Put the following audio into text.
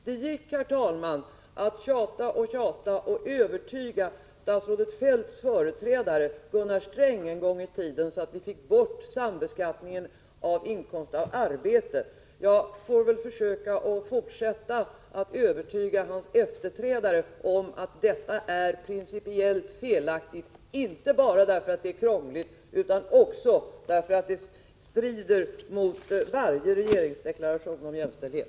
Det gick att tjata och tjata och övertyga statsrådet Feldts företrädare Gunnar Sträng en gång i tiden, så att vi fick bort sambeskattningen av inkomst av arbete. Jag får väl fortsätta att försöka övertyga Strängs efterträdare om att också sambeskattningen av B-inkomster är principiellt felaktig, inte bara därför att den är krånglig utan också därför att den strider mot varje regeringsdeklaration om jämställdhet.